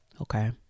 Okay